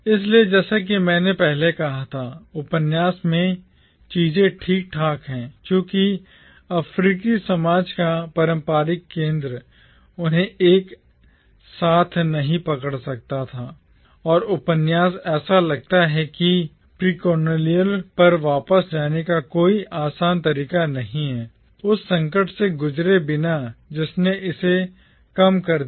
इसलिए जैसा कि मैंने पहले कहा था उपन्यास में चीजें ठीक ठाक हैं क्योंकि अफ्रीकी समाज का पारंपरिक केंद्र उन्हें एक साथ नहीं पकड़ सकता था और उपन्यास ऐसा लगता है कि ऐसा लगता है कि प्रीलोनियल पर वापस जाने का कोई आसान तरीका नहीं है उस संकट से गुजरे बिना जिसने इसे कम कर दिया